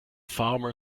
farmer